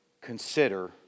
Consider